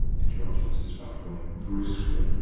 interrupted mrs. futvoye, brusquely,